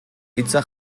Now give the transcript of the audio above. hitza